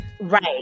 Right